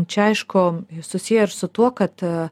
čia aišku susiję ir su tuo kad